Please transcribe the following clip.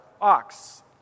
ox